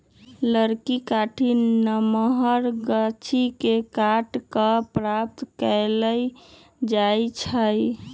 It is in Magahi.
लकड़ी काठी नमहर गाछि के काट कऽ प्राप्त कएल जाइ छइ